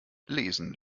lesen